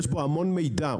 יש בו המון מידע.